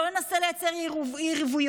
לא ננסה לייצר יריבויות,